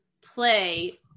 play